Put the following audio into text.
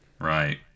right